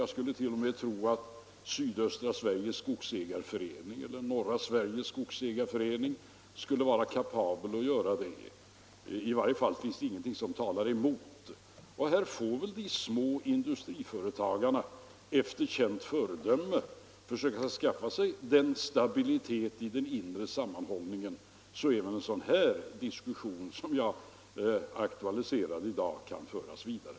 Jag skulle t.o.m. tro att Sydöstra Sveriges skogsägareförening eller Norra Sveriges skogsägareförening är kapabla att göra det. I varje fall finns det ingenting som talar emot den tanken. Och här får väl de små industriföretagarna efter känt föredöme försöka skaffa sig samma stabilitet i den inre sammanhållningen, så att den diskussion som jag har aktualiserat i dag kan föras vidare.